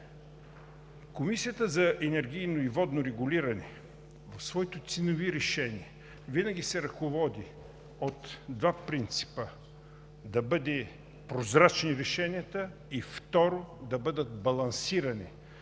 Комисията за енергийно и водно регулиране в своите ценови решения винаги се ръководи от два принципа: решенията да бъдат прозрачни и, второ, да бъдат балансирани,